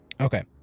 Okay